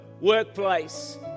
workplace